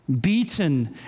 beaten